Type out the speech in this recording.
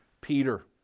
Peter